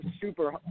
super